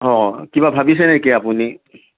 অ কিবা ভাবিছে নেকি আপুনি